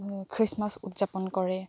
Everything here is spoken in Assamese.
খ্ৰীচমাছ উদ্যাপন কৰে